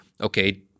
okay